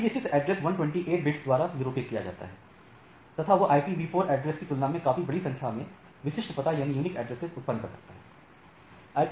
IPv6 address 128 bits द्वारा निरूपित किया जाता है तथा यह ipv4 ऐड्रेस की तुलना में काफी बड़ी संख्या में विशिष्ट पतों उत्पन्न कर सकता है